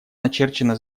начерчена